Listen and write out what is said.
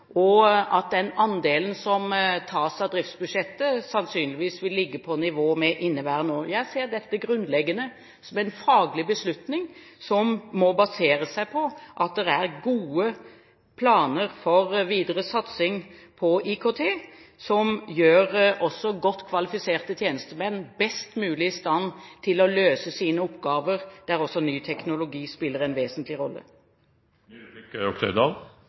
og at den andelen som tas av driftsbudsjettet, sannsynligvis vil ligge på nivå med inneværende år. Jeg ser dette grunnleggende som en faglig beslutning som må basere seg på at det er gode planer for videre satsing på IKT, som også gjør godt kvalifiserte tjenestemenn best mulig i stand til å løse sine oppgaver der også ny teknologi spiller en vesentlig